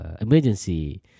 emergency